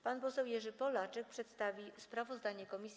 Pan poseł Jerzy Polaczek przedstawi sprawozdanie komisji.